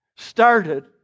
started